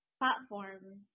platforms